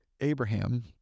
abraham